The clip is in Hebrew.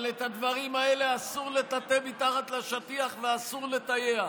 אבל את הדברים האלה אסור לטאטא מתחת לשטיח ואסור לטייח.